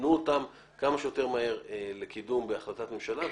תנו אותם כמה שיותר מהר לקידום בהחלטת ממשלה.